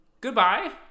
Goodbye